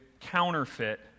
counterfeit